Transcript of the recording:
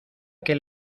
que